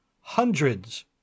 hundreds